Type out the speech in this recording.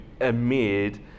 amid